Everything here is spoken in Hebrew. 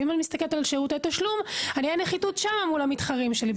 ואם אני מסתכלת על שירותי תשלום אני אהיה בנחיתות שם מול המתחרים שלי.